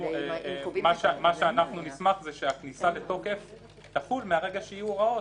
אנחנו נשמח שהכניסה לתוקף תחול מהרגע שיהיו הוראות.